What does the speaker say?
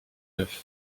neufs